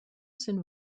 sind